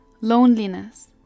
Loneliness